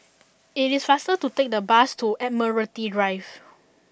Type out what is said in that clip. it is faster to take the bus to Admiralty Drive